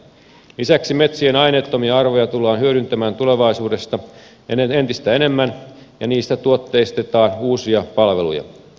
lisäksi metsien aineettomia arvoja tullaan hyödyntämään tulevaisuudessa entistä enemmän ja niistä tuotteistetaan uusia palveluja